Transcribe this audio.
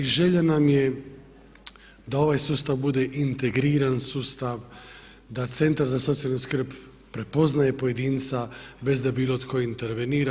I želja nam je da ovaj sustav bude integriran sustav, da Centar za socijalnu skrb prepoznaje pojedinca bez da bilo tko intervenira.